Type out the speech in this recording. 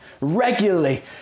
regularly